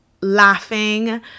laughing